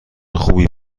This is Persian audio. خوبی